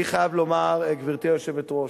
אני חייב לומר, גברתי היושבת-ראש,